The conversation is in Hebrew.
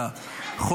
בשטח.